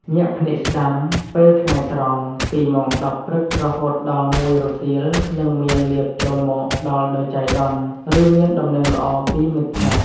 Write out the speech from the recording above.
ញាក់ភ្នែកស្តាំ ពេលថ្ងៃត្រង់ ពីម៉ោង ១០ ព្រឹក រហូតដល់ ១ រសៀល នឹងមានលាភចូលមកដល់ដោយចៃដន្យ ឬមានដំណឹងល្អពីមិត្តភក្តិ។